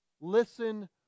Listen